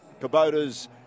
Kubota's